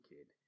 Kid